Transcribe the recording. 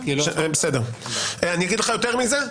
אני אגיד לך יותר מזה,